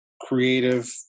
creative